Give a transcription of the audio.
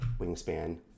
Wingspan